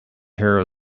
hero